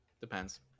depends